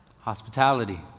Hospitality